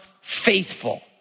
faithful